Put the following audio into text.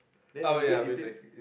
oh ya relax is